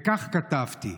וכך כתבתי: